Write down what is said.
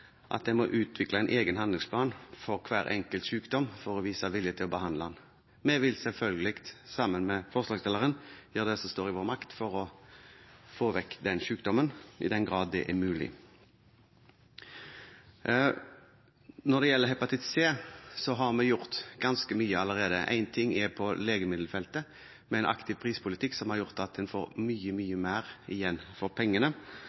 at en må utvikle en egen handlingsplan for hver enkelt sykdom for å vise vilje til å behandle den. Vi vil selvfølgelig, sammen med forslagsstilleren, gjøre det som står i vår makt for å få vekk denne sykdommen, i den grad det er mulig. Når det gjelder hepatitt C, har vi gjort ganske mye allerede. Én ting er på legemiddelfeltet, med en aktiv prispolitikk som har gjort at en får mye, mye mer igjen for pengene.